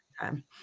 time